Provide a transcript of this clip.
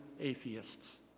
atheists